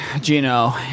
Gino